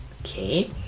Okay